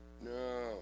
No